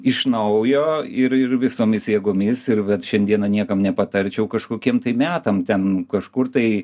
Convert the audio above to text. iš naujo ir ir visomis jėgomis ir vat šiandieną niekam nepatarčiau kažkokiem metam ten kažkur tai